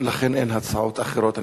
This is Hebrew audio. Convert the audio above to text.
אין הצעות אחרות.